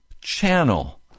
channel